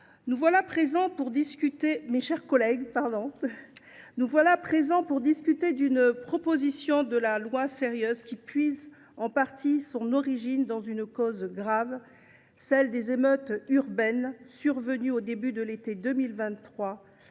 sommes ici présents pour discuter d’une proposition de loi sérieuse, qui trouve en partie son origine dans une cause grave : les émeutes urbaines survenues au début de l’été 2023,